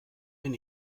bin